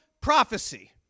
prophecy